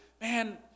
man